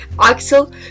Axel